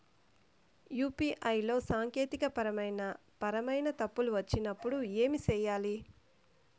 UPI లో సాంకేతికపరమైన పరమైన తప్పులు వచ్చినప్పుడు ఏమి సేయాలి